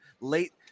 late